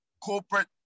corporate